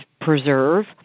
preserve